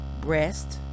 breast